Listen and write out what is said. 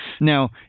Now